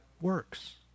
works